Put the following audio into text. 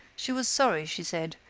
she was sorry, she said,